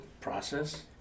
process